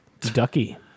Ducky